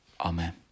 Amen